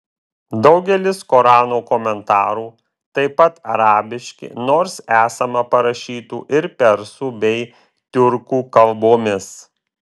daugelis korano komentarų taip pat arabiški nors esama parašytų ir persų bei tiurkų kalbomis